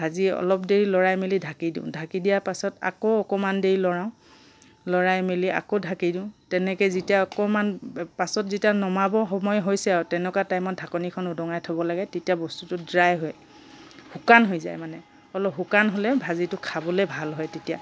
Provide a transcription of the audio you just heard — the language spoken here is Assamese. ভাজি অলপ দেৰি লৰাই মেলি ঢাকি দিওঁ ঢাকি দিয়া পাছত আকৌ অকণমান দেৰি লৰাও লৰাই মেলি আকৌ ঢাকি দিওঁ তেনেকৈ যেতিয়া অকণমান পাছত যেতিয়া নমাব সময় হৈছে আৰু তেনকুৱা টাইমত ঢাকনিখন উদঙাই থব লাগে তেতিয়া বস্তুটো ড্ৰাই হয় শুকান হৈ যায় মানে অলপ শুকান হ'লে ভাজিটো খাবলৈ ভাল হয় তেতিয়া